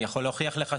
אני יכול להוכיח לך.